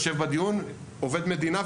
עובד מדינה,